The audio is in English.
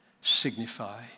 signify